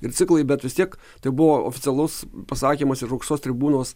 ir ciklai bet vis tiek tai buvo oficialus pasakymas iš aukštos tribūnos